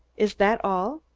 is that all?